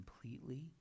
completely